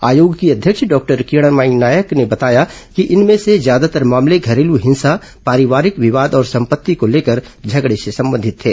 आयोग की अध्यक्ष डॉक्टर किरणमयी नायक ने बताया कि इनमें से ज्यादातर मामले घरेलू हिंसा पारिवारिक विवाद और संपत्ति को लेकर झगड़े से संबंधित थे